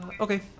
okay